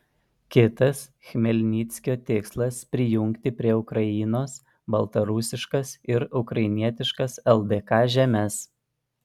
kitas chmelnickio tikslas prijungti prie ukrainos baltarusiškas ir ukrainietiškas ldk žemes